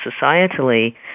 societally